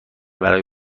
برای